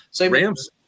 Rams